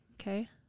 okay